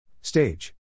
Stage